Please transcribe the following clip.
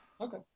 Okay